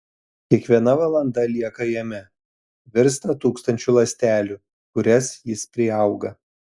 kiekviena valanda lieka jame virsta tūkstančiu ląstelių kurias jis priauga